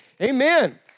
Amen